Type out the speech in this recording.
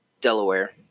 Delaware